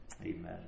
Amen